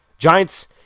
Giants